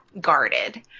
guarded